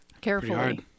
Carefully